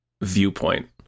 viewpoint